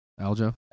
Aljo